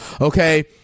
Okay